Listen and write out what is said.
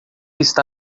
está